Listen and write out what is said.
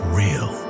real